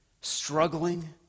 struggling